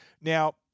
Now